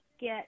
get